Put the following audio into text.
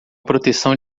proteção